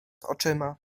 oczyma